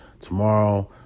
tomorrow